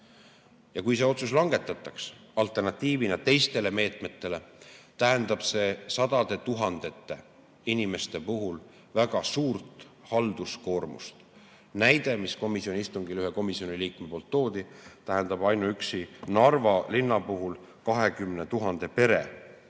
Kui see otsus langetataks, alternatiivina teistele meetmetele, tähendab see sadade tuhandete inimeste puhul väga suurt halduskoormust. Toon näite, mille üks komisjoni liige komisjoni istungil tõi: see tähendab ainuüksi Narva linna puhul 20 000 pere